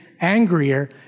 angrier